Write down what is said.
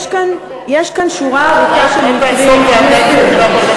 יש כאן שורה, צריך לשנות את החוק.